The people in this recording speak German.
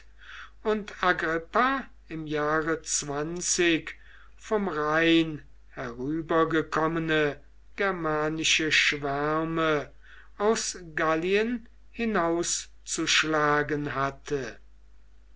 und agrippa im jahre vom rhein herübergekommene germanische schwärme aus gallien hinauszuschlagen hatte